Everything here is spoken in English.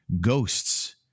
ghosts